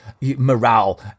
morale